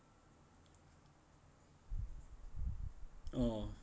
oh